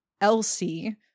Elsie